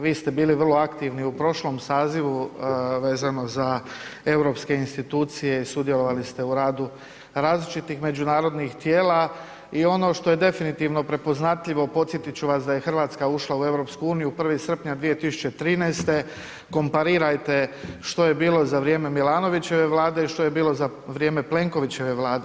Vi ste bili vrlo aktivni u prošlom sazivu vezano za europske institucije i sudjelovali ste u radu različitih međunarodnih tijela i ono što je definitivno prepoznatljivo podsjetit ću vas da je Hrvatska ušla u EU 1. srpnja 2013., komparirajte što je bilo za vrijeme Milanovićeve vlade, što je bilo za vrijeme Plenkovićeve vlade.